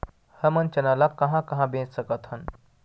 हमन चना ल कहां कहा बेच सकथन?